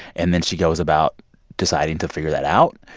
and then she goes about deciding to figure that out.